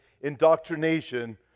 indoctrination